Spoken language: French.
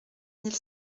mille